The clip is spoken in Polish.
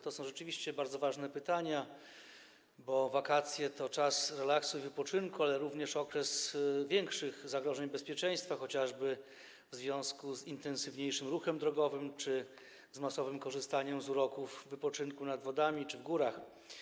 To są rzeczywiście bardzo ważne pytania, bo wakacje to czas relaksu i wypoczynku, ale również okres większych zagrożeń bezpieczeństwa, chociażby w związku z intensywniejszym ruchem drogowym czy z masowym korzystaniem z uroków wypoczynku nad wodami czy w górach.